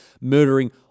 murdering